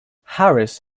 harris